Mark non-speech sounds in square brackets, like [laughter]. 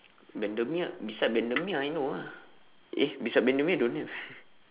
bendemeer beside bendemeer I know ah eh beside bendemeer don't have [laughs]